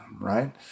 right